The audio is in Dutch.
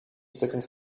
stukken